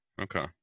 Okay